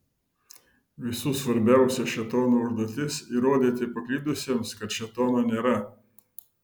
visų svarbiausia šėtono užduotis įrodyti paklydusiems kad šėtono nėra